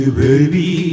baby